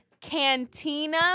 Cantina